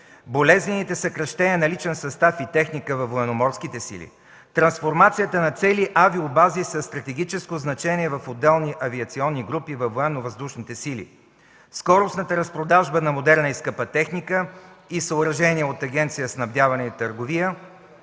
болезнените съкращения на личен състав и техника във военноморските сили, трансформацията на цели авиобази със стратегическо значение в отделни авиационни групи във военновъздушните сили, скоростната разпродажба на модерна и скъпа техника и съоръжения от Агенция „Снабдяване и търговия”,